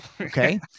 Okay